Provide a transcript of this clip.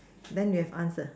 then you have answer